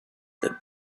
that